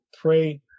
pray